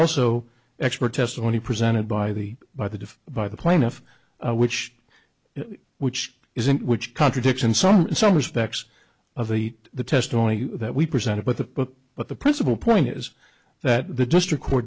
also expert testimony presented by the by the by the plaintiff which which isn't which contradicts in some some respects of the the testimony that we presented with the book but the principal point is that the district co